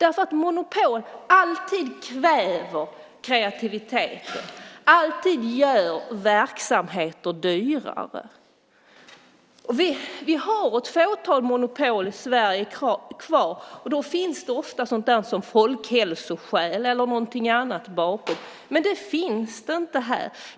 Monopol kväver alltid kreativiteten och gör alltid verksamheter dyrare. Vi har ett fåtal monopol kvar i Sverige. Då ligger ofta folkhälsoskäl eller något annat bakom. Men de finns inte här.